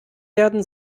werden